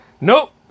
nope